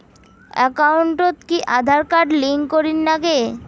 একাউন্টত কি Aadhaar card link করের নাগে?